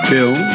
Bill